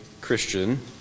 Christian